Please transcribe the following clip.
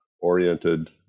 oriented